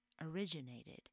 originated